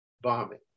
bombing